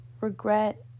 regret